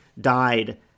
died